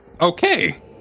okay